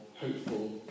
hopeful